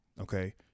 Okay